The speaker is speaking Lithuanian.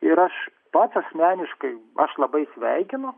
ir aš pats asmeniškai aš labai sveikinu